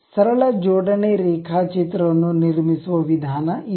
ಸರಳ ಜೋಡಣೆ ರೇಖಾಚಿತ್ರ ಅನ್ನು ನಿರ್ಮಿಸುವ ವಿಧಾನ ಇದು